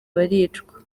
baricwa